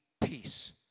peace